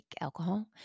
alcohol